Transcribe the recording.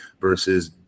versus